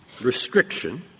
restriction